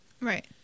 Right